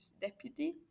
deputy